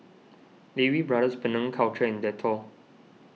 Lee Wee Brothers Penang Culture and Dettol